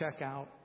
checkout